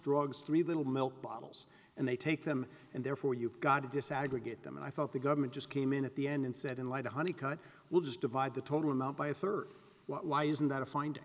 drugs three little milk bottles and they take them and therefore you've got to disaggregate them and i thought the government just came in at the end and said in light honey cut we'll just divide the total amount by a rd why isn't that a find